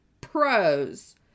pros